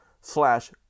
Slash